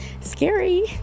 scary